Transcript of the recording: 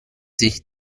sich